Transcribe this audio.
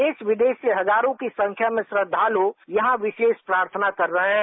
देश विदेश से हजारों की संख्या में श्रद्वालू यहां विशेष प्रार्थना कर रहे हैं